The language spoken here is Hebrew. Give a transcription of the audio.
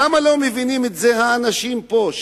למה לא מבינים את זה האנשים פה,